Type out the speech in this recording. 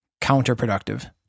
counterproductive